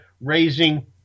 raising